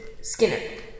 Skinner